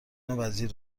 وزیر